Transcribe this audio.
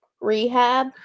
Rehab